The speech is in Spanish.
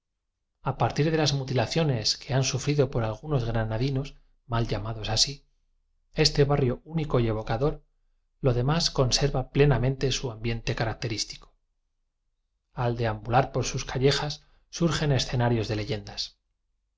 a parte de las mutilaciones que que ha sufrido por algunos granadinos mal llamados así este barrio único y evo cador lo demás conserva plenamente su ambiente característico ai deambular por sus callejas surgen escenarios de leyendas